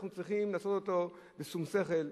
אנחנו צריכים לעשות אותו בשום שכל,